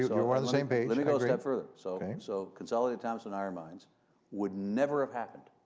you know we're on the same page. so, let me go a step further. so okay. so, consolidated thompson iron mines would never have happened.